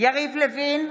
יריב לוין,